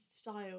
style